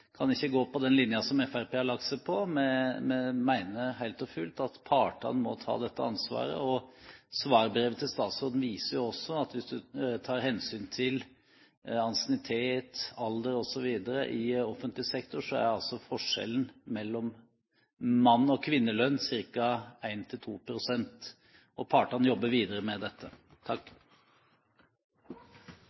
kan støtte den linjen som Fremskrittspartiet har lagt seg på. Vi mener helt og fullt at partene må ta dette ansvaret. Svarbrevet til statsråden viser jo også at hvis en tar hensyn til ansiennitet, alder osv. i offentlig sektor, er forskjellen mellom mannslønn og kvinnelønn ca. 1–2 pst., og partene jobber videre med dette.